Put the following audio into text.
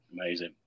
amazing